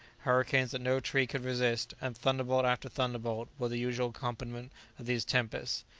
hurricanes that no tree could resist, and thunderbolt after thunderbolt were the usual accompaniment of these tempests.